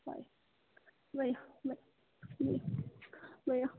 भयो भयो भयो भयो भयो